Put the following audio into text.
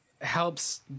helps